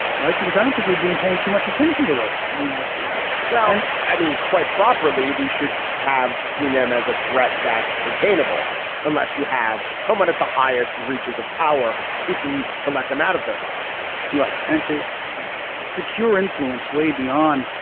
right. because i don't think we've been paying too much attention to russia, to be honest with you well, i mean, quite properly, we should have seen them as a threat that's containable unless you have someone at the highest reaches of power seeking to let them out of their box right. and to secure influence way beyond,